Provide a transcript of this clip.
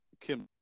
Kim